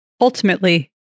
Ultimately